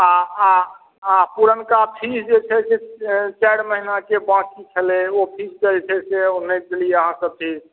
आ आ आ पुरनका फीस जे छै से जे चारि महीनाके बाँकी छलै ओ फीसके जे छै से